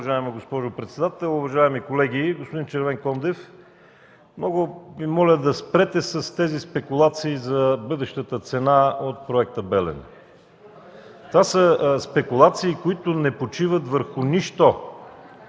уважаема госпожо председател. Уважаеми колеги! Господин Червенкондев, много Ви моля да спрете с тези спекулации за бъдещата цена на Проекта „Белене”. Това са спекулации, които не почиват върху нищо.